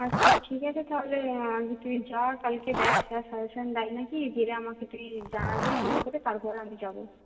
আচ্ছা ঠিক আছে তাহলে তুই যা কালকে দেখ স্যার সাজেশন দেয় না কি দিলে আমাকে তুই জানাবি ফোন করে তারপরে আমি যাব